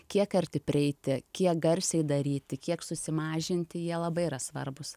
kiek arti prieiti kiek garsiai daryti kiek susimažinti jie labai yra svarbūs